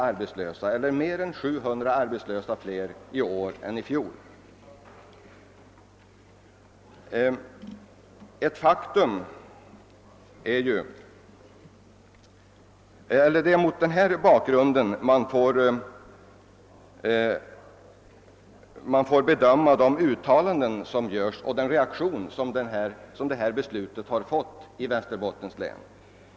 Det är alltså mer än 700 flera arbetslösa i år än i fjol samma tid. Det är mot denna bakgrund man får bedöma de uttalanden som görs och den reaktion som detta beslut har framkallat i Västerbottens län.